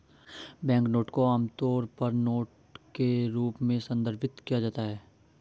banknote को आमतौर पर नोट के रूप में संदर्भित किया जाता है